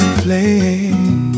flame